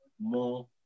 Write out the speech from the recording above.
more